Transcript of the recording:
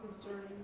concerning